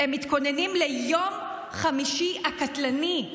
הם מתכוננים ליום חמישי הקטלני.